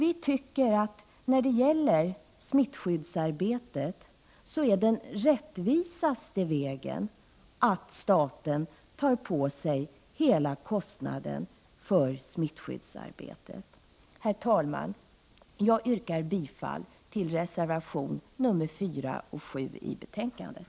Vi anser att det är mest rättvist att staten tar på sig hela kostnaden för smittskyddsarbetet. Herr talman! Jag yrkar bifall till reservationerna 4 och 7 i betänkandet.